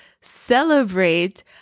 celebrate